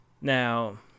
Now